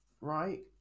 right